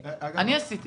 אני עשיתי